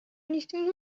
anything